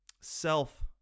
self